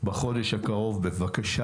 בחודש הקרוב בבקשה,